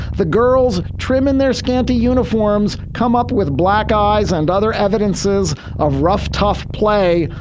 the girls trim in their scanty uniforms come up with black eyes and other evidences of rough tough play.